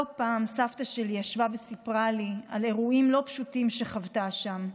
לא פעם סבתא שלי ישבה וסיפרה לי על אירועים לא פשוטים שחוותה שם,